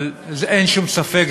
אבל אין שום ספק,